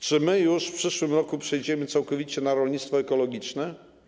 Czy my już w przyszłym roku przejdziemy całkowicie na rolnictwo ekologiczne?